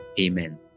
Amen